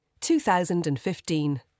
2015